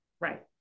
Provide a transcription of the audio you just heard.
Right